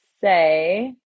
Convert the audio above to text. say